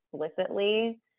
explicitly